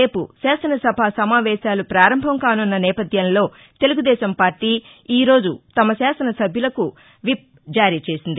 రేపు శాసనసభా సమావేశాలు పారంభం కానున్న నేపధ్యంలో తెలుగుదేశంపార్టీ ఈ రోజు తమ శాసనసభ్యులకు విప్ జారీ చేసింది